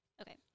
okay